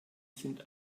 sind